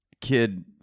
kid